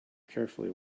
carefully